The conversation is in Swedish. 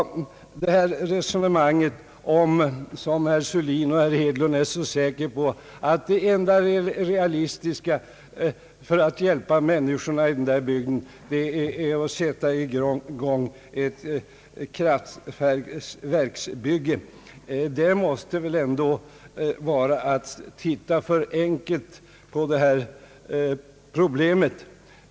Herr Sörlin och herr Hedlund för det resonemanget att det enda realistiska för att hjälpa människorna i denna bygd är att sätta i gång ett kraftverksbygge. Det måste väl ändå vara att se alltför enkelt på problemet.